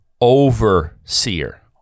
overseer